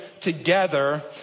together